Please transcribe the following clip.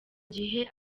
gihe